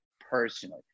personally